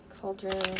Cauldron